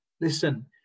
Listen